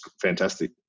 fantastic